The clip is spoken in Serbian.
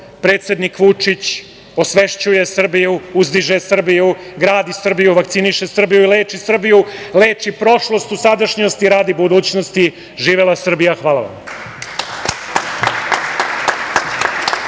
Predsednik Vučić osvešćuje Srbiju, uzdiže Srbiju, gradi Srbiju, vakciniše Srbiju, leči Srbiju, leči prošlost u sadašnjost radi budućnosti. Živela Srbija! Hvala vam.